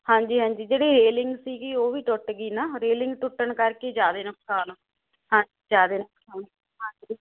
ਹਾਂਜੀ ਹਾਂਜੀ ਜਿਹੜੀ ਰੇਲਿੰਗ ਸੀਗੀ ਉਹ ਵੀ ਟੁੱਟ ਗਈ ਨਾ ਰੇਲਿੰਗ ਟੁੱਟਣ ਕਰਕੇ ਜਿਆਦੇ ਨੁਕਸਾਨ ਹਾਂ ਜਿਆਦਾ ਨੁਕਸਾਨ ਹਾਂਜੀ